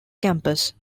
campus